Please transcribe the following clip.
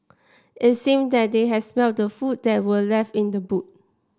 it seemed that they had smelt the food that were left in the boot